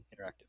interactive